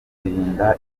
birinda